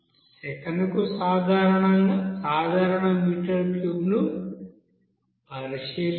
సెకనుకు సాధారణ మీటర్ క్యూబ్ను పరిశీలిద్దాం